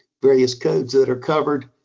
various codes that are covered,